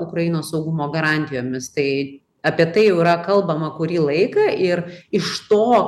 ukrainos saugumo garantijomis tai apie tai jau yra kalbama kurį laiką ir iš to